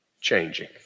changing